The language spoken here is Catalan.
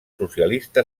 socialista